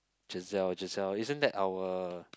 Giselle Giselle isn't that our